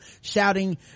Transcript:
shouting